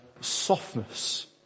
softness